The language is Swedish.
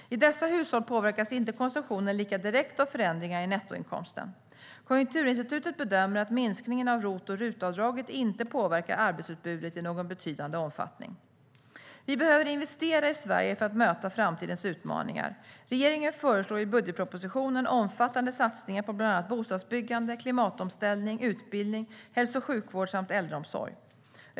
I dessa hushåll påverkas inte konsumtionen lika direkt av förändringar i nettoinkomsten. Konjunkturinstitutet bedömer att minskningen av ROT och RUT-avdragen inte påverkar arbetsutbudet i någon betydande omfattning. Vi behöver investera i Sverige för att möta framtidens utmaningar. Regeringen föreslår i budgetpropositionen omfattande satsningar på bland annat bostadsbyggande, klimatomställning, utbildning, hälso och sjukvård samt äldreomsorg.